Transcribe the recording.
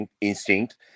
instinct